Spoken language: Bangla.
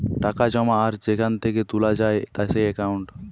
টাকা জমা আর সেখান থেকে তুলে যায় যেই একাউন্টে